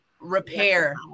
repair